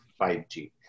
5G